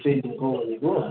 ए ट्रेनिङको भनेको